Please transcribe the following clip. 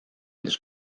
this